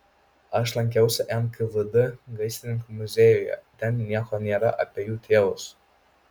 aš lankiausi nkvd gaisrininkų muziejuje ten nieko nėra apie jų tėvus